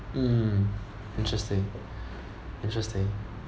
mm interesting interesting